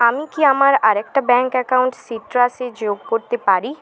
আমি কি আমার আর একটা ব্যাঙ্ক অ্যাকাউন্ট সিট্রাসে যোগ করতে পারি